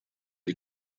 die